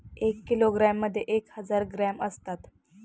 एक किलोग्रॅममध्ये एक हजार ग्रॅम असतात